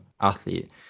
athlete